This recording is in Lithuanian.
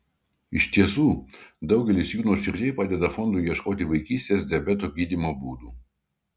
iš tiesų daugelis jų nuoširdžiai padeda fondui ieškoti vaikystės diabeto gydymo būdų